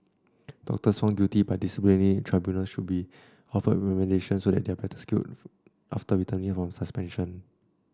doctors found guilty by disciplinary tribunals should be offered remediation so they are better skilled after returning from suspension